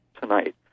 tonight